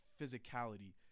physicality